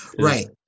Right